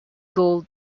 gold